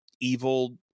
evil